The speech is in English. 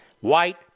White